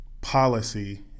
policy